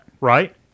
Right